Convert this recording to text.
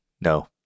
No